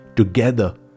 together